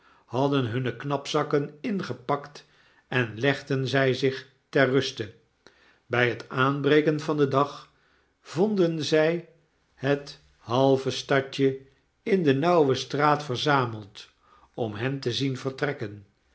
hadden hunne knapzakken ingepakt en legden zij zich ter ruste bij het aanbreken van den dag vonden zij het halve stadje in de nauwe straat verzameld om hen te zien vertrekken